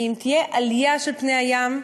כי אם תהיה עלייה של פני הים,